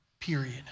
period